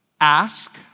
ask